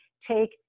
take